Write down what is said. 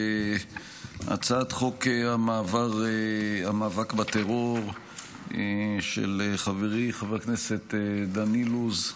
הצעת חוק המאבק בטרור של חברי חבר הכנסת דני לוז,